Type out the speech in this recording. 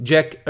Jack